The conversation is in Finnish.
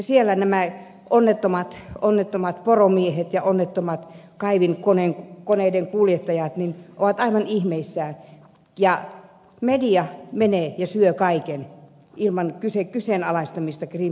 siellä nämä onnettomat poromiehet ja onnettomat kaivinkoneiden kuljettajat ovat aivan ihmeissään ja media menee ja syö kaiken kyseenalaistamatta greenpeacen toimintaa